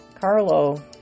Carlo